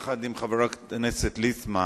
יחד עם חבר הכנסת ליצמן,